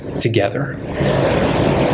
together